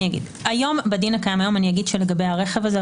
לגבי הרכב הזה,